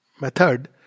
method